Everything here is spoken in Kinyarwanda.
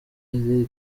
iri